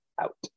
out